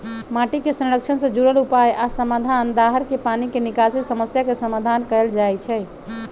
माटी के संरक्षण से जुरल उपाय आ समाधान, दाहर के पानी के निकासी समस्या के समाधान कएल जाइछइ